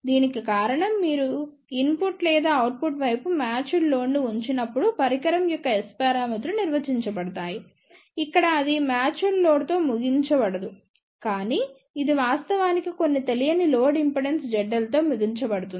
దానికి కారణం మీరు ఇన్పుట్ లేదా అవుట్పుట్ వైపు మ్యాచ్డ్ లోడ్ను ఉంచినప్పుడు పరికరం యొక్క S పారామితులు నిర్వచించబడతాయి ఇక్కడ అది మ్యాచ్డ్ లోడ్తో ముగించబడదు కానీ ఇది వాస్తవానికి కొన్ని తెలియని లోడ్ ఇంపిడెన్స్ ZL తో ముగించబడుతుంది